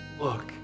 look